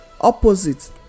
opposite